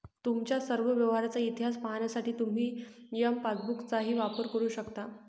तुमच्या सर्व व्यवहारांचा इतिहास पाहण्यासाठी तुम्ही एम पासबुकचाही वापर करू शकता